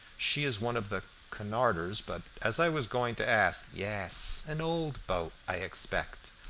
she is one of the cunarders. but as i was going to ask yes, an old boat, i expect.